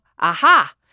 aha